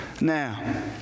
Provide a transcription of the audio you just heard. Now